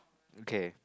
okay